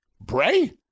Bray